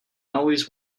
always